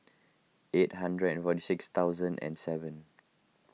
eight hundred and forty six thousand and seven